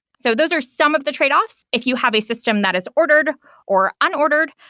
so those are some of the tradeoffs. if you have a system that is ordered or unordered,